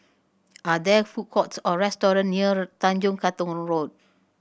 are there food courts or restaurant near Tanjong Katong Road